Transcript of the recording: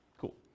Cool